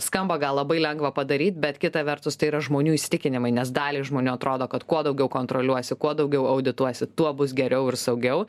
skamba gal labai lengva padaryt bet kita vertus tai yra žmonių įsitikinimai nes daliai žmonių atrodo kad kuo daugiau kontroliuosi kuo daugiau audituosi tuo bus geriau ir saugiau